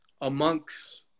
amongst